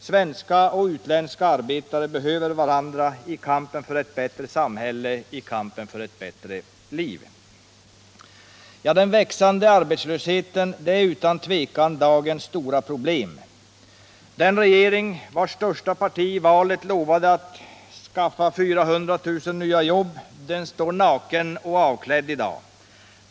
Svenska och utländska arbetare behöver varandra i kampen för ett bättre samhälle, för ett bättre liv. Den växande arbetslösheten är utan tvivel dagens stora problem. Den regering vars största parti i valet lovade att skaffa fram 400 000 nya jobb står i dag naken och avklädd.